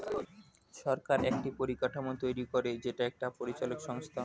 সরকার একটি পরিকাঠামো তৈরী করে যেটা একটি পরিচালক সংস্থা